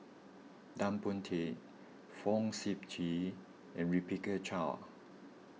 Tan Boon Teik Fong Sip Chee and Rebecca Chua